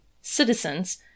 Citizens